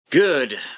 Good